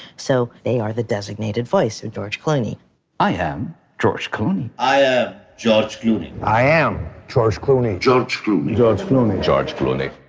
so they are the designated voice of george clooney i am george clooney i am george clooney i am george clooney george clooney george clooney george clooney